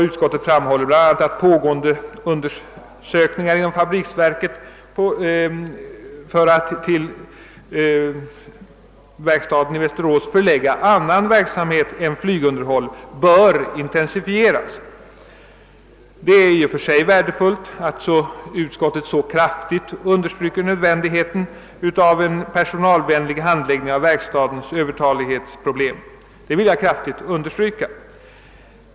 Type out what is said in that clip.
Utskottet framhåller bl.a. att pågående undersökningar inom fabriksverket för att till CVV förlägga annan verksamhet än flygunderhåll bör intensifieras. Det är i och för sig värdefullt att utskottet så kraftigt understryker nödvändigheten av en personalvänlig handläggning av verkstadens Öövertalighetsproblem, det vill jag kraftigt understryka.